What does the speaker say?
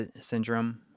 Syndrome